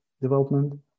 development